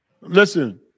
Listen